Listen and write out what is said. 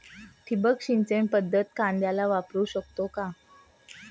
ठिबक सिंचन पद्धत कांद्याला वापरू शकते का?